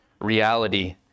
reality